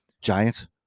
Giants